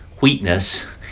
weakness